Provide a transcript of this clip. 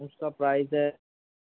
اس کا پرائز ہے